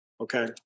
Okay